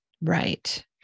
Right